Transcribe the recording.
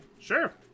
sure